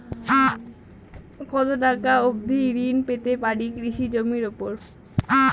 কত টাকা অবধি ঋণ পেতে পারি কৃষি জমির উপর?